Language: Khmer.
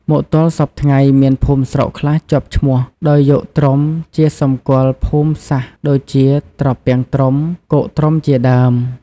មកទល់សព្វថ្ងៃមានភូមិស្រុកខ្លះជាប់ឈ្មោះ ដោយយកត្រុំជាសម្គាល់ភូមិសាស្ត្រដូចជា ត្រពាំងត្រុំ គោកត្រុំជាដើម។